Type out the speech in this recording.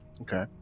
okay